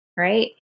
Right